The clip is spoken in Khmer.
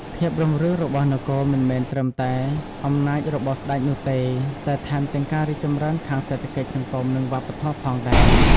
ភាពរុងរឿងរបស់នគរមិនមែនត្រឹមតែអំណាចរបស់ស្តេចនោះទេ តែថែមទាំងការរីកចម្រើនខាងសេដ្ឋកិច្ច សង្គម និងវប្បធម៌ផងដែរ។